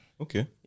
Okay